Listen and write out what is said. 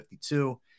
52